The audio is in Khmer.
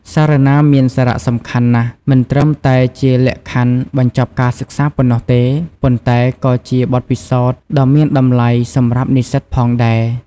សារណាមានសារៈសំខាន់ណាស់ មិនត្រឹមតែជាលក្ខខណ្ឌបញ្ចប់ការសិក្សាប៉ុណ្ណោះទេ ប៉ុន្តែក៏ជាបទពិសោធន៍ដ៏មានតម្លៃសម្រាប់និស្សិតផងដែរ។